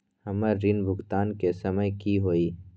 हमर ऋण भुगतान के समय कि होई?